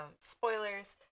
Spoilers